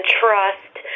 trust